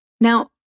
Now